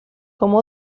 como